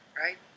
Right